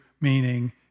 meaning